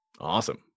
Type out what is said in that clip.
awesome